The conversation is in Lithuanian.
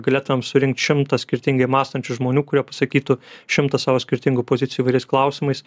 galėtumėm surinkt šimtą skirtingai mąstančių žmonių kurie pasakytų šimtą savo skirtingų pozicijų įvairiais klausimais